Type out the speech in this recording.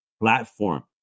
platform